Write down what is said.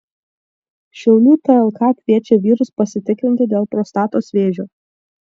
šiaulių tlk kviečia vyrus pasitikrinti dėl prostatos vėžio